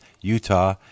Utah